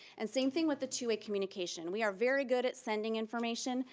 and same thing with the two way communication. we are very good at sending information.